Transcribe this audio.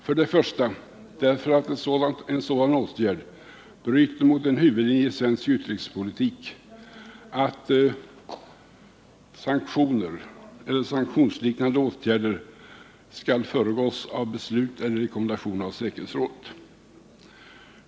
För det första därför ett en sådan åtgärd bryter mot huvudlinjen i svensk utrikespolitik, att sanktioner eller sanktionsliknande åtgärder skall föregås av beslut eller rekommendationer av säkerhetsrådet.